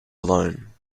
alone